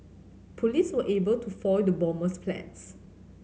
police were able to foil the bomber's plans